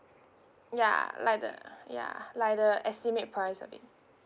ya like the ya like the estimate price I mean